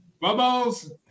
Bubbles